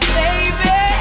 baby